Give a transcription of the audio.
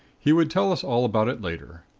he would tell us all about it later.